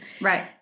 right